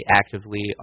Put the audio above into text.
actively